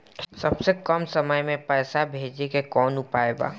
सबसे कम समय मे पैसा भेजे के कौन उपाय बा?